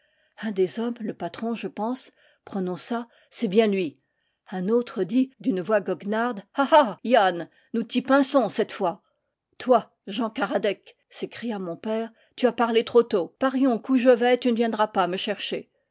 un des hommes le patron je pense prononça c'est bien lui un autre dit d'une voix goguenarde ha ha yann nous t'y pinçons cette fois toi jean karadec s'écria mon père tu as parlé trop tôt parions qu'où je vais tu ne viendras pas me chercher